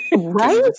Right